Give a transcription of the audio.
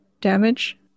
damage